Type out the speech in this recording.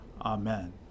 Amen